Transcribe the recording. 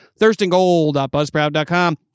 thirstinggold.buzzproud.com